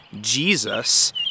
Jesus